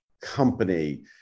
company